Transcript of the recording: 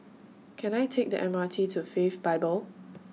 Can I Take The M R T to Faith Bible